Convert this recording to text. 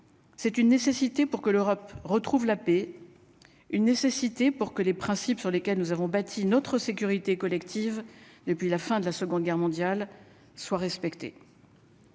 c'est une nécessité pour que l'Europe retrouve la paix, une nécessité pour que les principes sur lesquels nous avons bâti notre sécurité collective depuis la fin de la Seconde Guerre mondiale soit respectée.